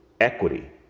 equity